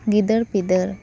ᱜᱤᱫᱟᱹᱨ ᱯᱤᱫᱟᱹᱨ